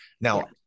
Now